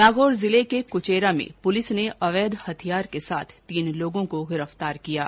नागौर जिले के कुचेरा में पुलिस ने अवैध हथियार के साथ तीन लोगों को गिरफ्तार किया है